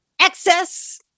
excess